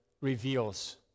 reveals